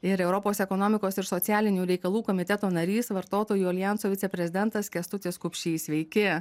ir europos ekonomikos ir socialinių reikalų komiteto narys vartotojų aljanso viceprezidentas kęstutis kupšys sveiki